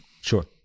Sure